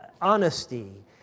honesty